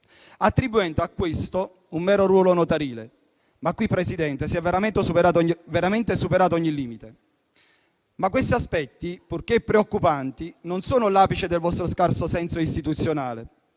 attribuendo a questo un mero ruolo notarile. Ma qui, Presidente, si è veramente superato ogni limite. Questi aspetti, ancorché preoccupanti, non sono l'apice del vostro scarso senso istituzionale: